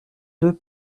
deux